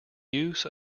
use